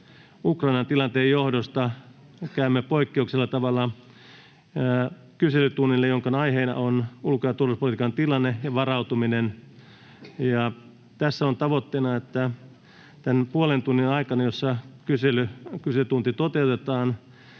Ukrainan tilanteen johdosta käymme poikkeuksellisella tavalla kyselytunnille, jonka aiheena on ulko- ja turvallisuuspolitiikan tilanne ja varautuminen. Tässä on tavoitteena, että tämän puolen tunnin aikana, jossa kyselytunti toteutetaan,